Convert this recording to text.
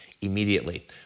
immediately